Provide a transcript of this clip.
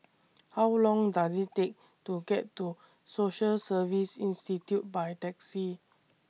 How Long Does IT Take to get to Social Service Institute By Taxi